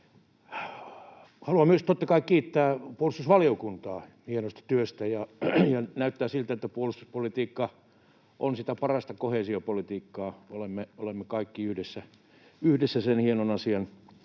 Haluan myös, totta kai, kiittää puolustusvaliokuntaa hienosta työstä, ja näyttää siltä, että puolustuspolitiikka on sitä parasta koheesiopolitiikkaa. Olemme kaikki yhdessä sen hienon asian